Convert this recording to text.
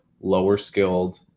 lower-skilled